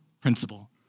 principle